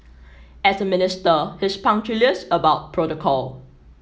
as a minister he's punctilious about protocol